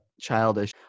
childish